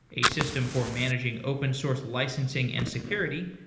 a system for managing open source licensing and security.